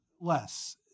less